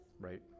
Right